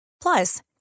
Plus